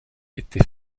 était